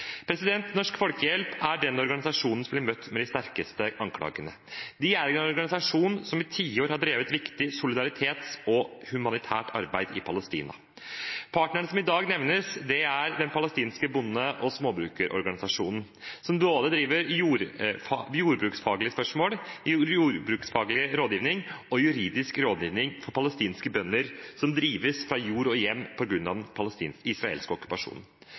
Norsk Folkehjelp er den organisasjonen som blir møtt med de sterkeste anklagene. Det er en organisasjon som i tiår har drevet viktig solidaritetsarbeid og humanitært arbeid i Palestina. Partneren som i dag nevnes, er den palestinske bonde- og småbrukerorganisasjonen, som driver med både jordbruksfaglige spørsmål, jordbruksfaglig rådgivning og juridisk rådgivning for palestinske bønder som drives fra jord og hjem på grunn av den israelske okkupasjonen. Det er det som er nøkkelordet i denne konflikten: okkupasjon.